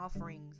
offerings